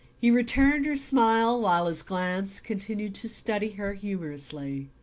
he returned her smile while his glance continued to study her humorously.